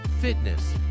fitness